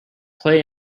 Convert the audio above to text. play